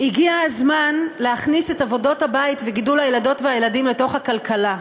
הגיע הזמן להכניס את עבודות הבית וגידול הילדות והילדים לתוך הכלכלה.